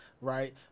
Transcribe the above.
right